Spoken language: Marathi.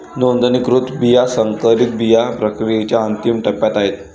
नोंदणीकृत बिया संकरित बिया प्रक्रियेच्या अंतिम टप्प्यात आहेत